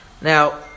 now